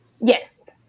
Yes